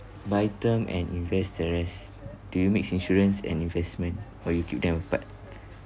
buy term and invest the rest do you mix insurance and investment or you keep them apart